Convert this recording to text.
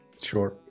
Sure